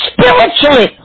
Spiritually